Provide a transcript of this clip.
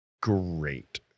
Great